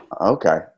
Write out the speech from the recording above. Okay